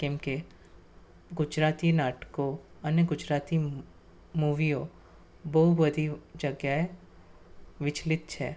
કેમકે ગુજરાતી નાટકો અને ગુજરાતી મૂ મૂવીઓ બહુ બધી જગ્યાએ વિચલિત છે